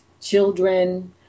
children